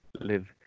live